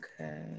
Okay